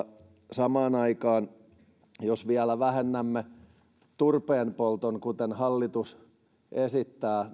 samaan aikaan vielä lopetamme turpeenpolton kuten hallitus esittää